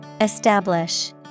Establish